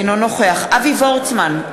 אינו נוכח אברהם וורצמן,